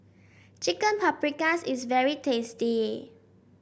Chicken Paprikas is very tasty